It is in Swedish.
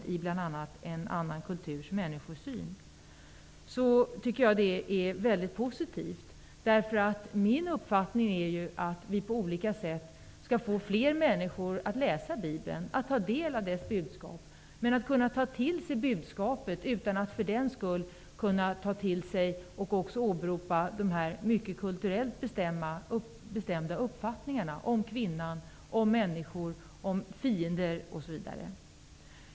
Jag tycker att det som står i utskottets skrivning är mycket positivt. Min uppfattning är att vi på olika sätt bör få fler människor att läsa Bibeln och att ta del av dess budskap. Man skall kunna ta till sig budskapet utan att för den skull ta till sig och åberopa kulturellt bestämda uppfattningar om kvinnan, människor, fiender osv.